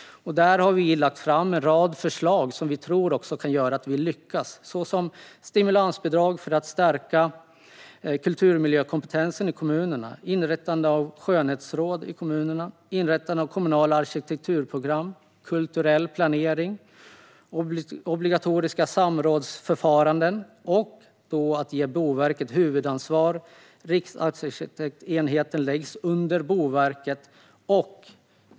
Vi har lagt fram en rad förslag som vi tror kan göra att man lyckas. Det handlar om stimulansbidrag för att stärka kulturmiljökompetensen i kommunerna inrättande av skönhetsråd i kommunerna inrättande av kommunala arkitekturprogram kulturell planering obligatoriska samrådsförfaranden att ge Boverket huvudansvar att en riksarkitektenhet läggs under Boverket medborgarinflytande.